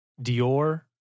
Dior